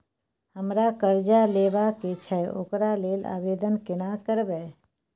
हमरा कर्जा लेबा के छै ओकरा लेल आवेदन केना करबै?